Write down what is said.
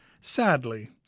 Sadly